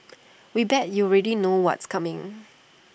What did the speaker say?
we bet you already know what's coming